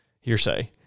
hearsay